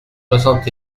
soixante